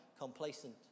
complacent